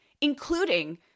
including